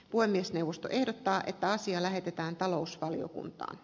puhemiesneuvosto ehdottaa että asia lähetetään talousvaliokuntaan